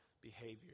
behavior